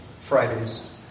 Fridays